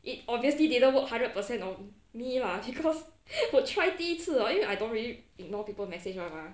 it obviously didn't work hundred percent of me lah because 我 try 第一次 hor 因为 I don't really ignore people message [one] mah